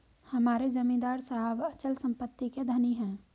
हमारे जमींदार साहब अचल संपत्ति के धनी हैं